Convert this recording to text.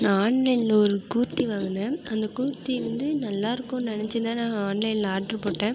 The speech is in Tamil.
நான் ஆன்லைனில் ஒரு கூர்த்தி வாங்குனேன் அந்த கூர்த்தி வந்து நல்லாருக்குன்னு நெனச்சு தான் நான் ஆன்லைனில் ஆர்ட்ரு போட்டேன்